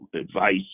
advice